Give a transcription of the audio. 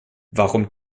warum